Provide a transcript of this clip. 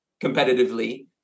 competitively